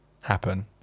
happen